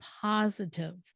positive